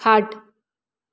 खाट